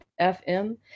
FM